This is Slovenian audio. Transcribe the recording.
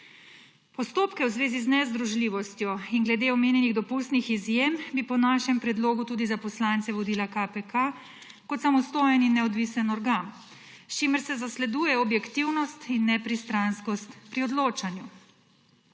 Postopke v zvezi z nezdružljivostjo in glede omenjenih dopustnih izjem bi po našem predlogu tudi za poslance vodila KPK kot samostojen in neodvisen organ, s čimer se zasleduje objektivnost in nepristranskost pri odločanju.